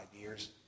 years